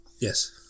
Yes